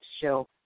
show